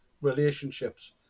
relationships